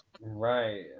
right